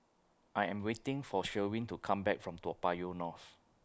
I Am waiting For Sherwin to Come Back from Toa Payoh North